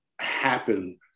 happen